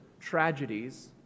tragedies